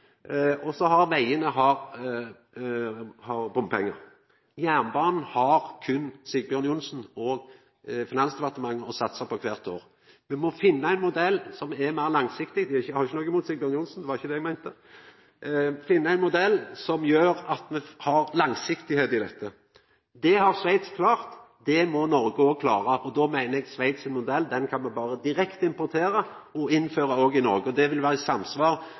vegane har bompengar. Jernbanen har berre Sigbjørn Johnsen og Finansdepartementet å satsa på kvart år. Me må finna ein modell som er meir langsiktig. Eg har ikkje noko imot Sigbjørn Johnsen, det var ikkje det eg meinte, men me må finna ein modell som gjer at me har langsiktigheit i dette. Det har Sveits klart. Det må Noreg òg klara, og då meiner eg at Sveits sin modell kan me berre importera direkte og innføra han i Noreg. Det vil vera i samsvar